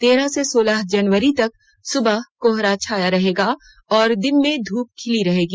तेरह से सोलह जनवरी तक सुबह कोहरा छाया रहेगा और दिन में धूप खिली रहेगी